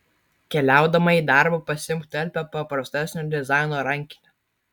keliaudama į darbą pasiimk talpią paprastesnio dizaino rankinę